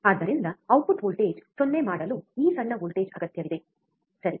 ಆದ್ದರಿಂದ output voltage 0 ಮಾಡಲು ಈ ಸಣ್ಣ ವೋಲ್ಟೇಜ್ ಅಗತ್ಯವಿದೆ ಸರಿ